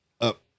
up